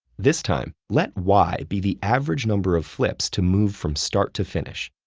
this time, let y be the average number of flips to move from start to finish.